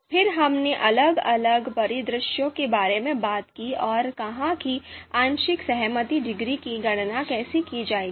फिर हमने अलग अलग परिदृश्यों के बारे में बात की और कहा कि आंशिक सहमति डिग्री की गणना कैसे की जाएगी